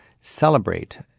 celebrate